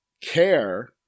care